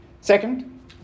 Second